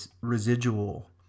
residual